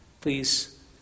Please